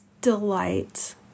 delight